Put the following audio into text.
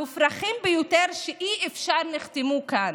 המופרכים ביותר שאי פעם נחתמו כאן,